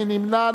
מי נמנע?